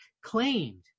claimed